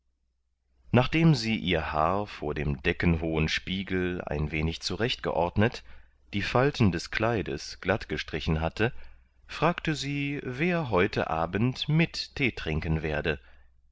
nachdem sie ihr haar vor dem deckenhohen spiegel ein wenig zurecht geordnet die falten des kleides glattgestrichen hatte fragte sie wer heute abend mit tee trinken werde